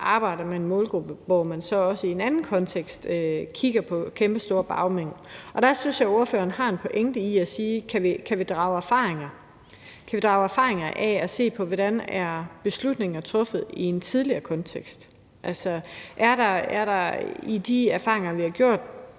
arbejder med en målgruppe her, når man så også i en anden kontekst kigger på kæmpestore bagmænd? Der synes jeg spørgeren har en pointe i at spørge: Kan vi drage erfaringer af at se på, hvordan beslutninger er truffet i en tidligere kontekst? Er der noget i de erfaringer, vi har gjort